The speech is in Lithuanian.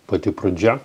pati pradžia